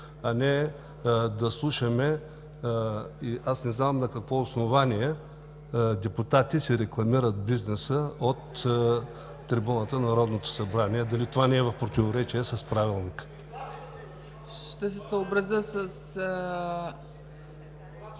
а не да слушаме… Аз не знам на какво основание депутати си рекламират бизнеса от трибуната на Народното събрание, дали това не е в противоречие с Правилника? ПРЕДСЕДАТЕЛ